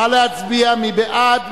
נא להצביע, מי בעד?